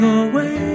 away